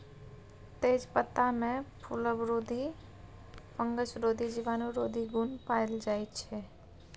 तेजपत्तामे फुलबरोधी, फंगसरोधी, जीवाणुरोधी गुण पाएल जाइ छै